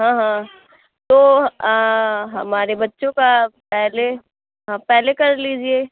ہاں ہاں تو ہمارے بچوں کا پہلے پہلے کر لیجیے